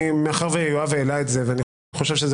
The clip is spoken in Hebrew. מאחר שיואב העלה את זה ואני חושב שזה